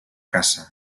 caça